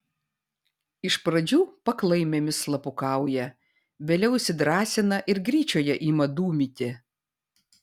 iš pradžių paklaimėmis slapukauja vėliau įsidrąsina ir gryčioje ima dūmyti